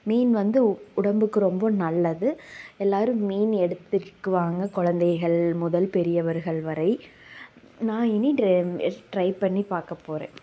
மீன் வந்து உடம்புக்கு ரொம்ப நல்லது எல்லோரும் மீன் எடுத்துக்குவாங்க குழந்தைகள் முதல் பெரியவர்கள் வரை நான் இனி டிர டிரை பண்ணிப் பார்க்கப் போகிறேன்